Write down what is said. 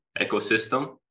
ecosystem